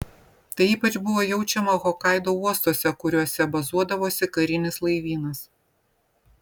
tai ypač buvo jaučiama hokaido uostuose kuriuose bazuodavosi karinis laivynas